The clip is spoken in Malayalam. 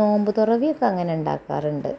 നോമ്പ് തൊറക്ക് അങ്ങനേണ്ടാക്കാറുണ്ട്